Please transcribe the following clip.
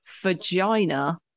vagina